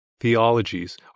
Theologies